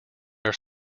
are